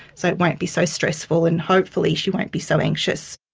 so it won't be so stressful, and hopefully she won't be so anxious.